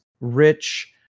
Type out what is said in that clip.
rich